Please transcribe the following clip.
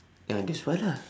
ya that's why lah